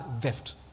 theft